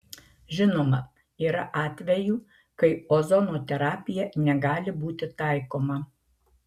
žinoma yra atvejų kai ozono terapija negali būti taikoma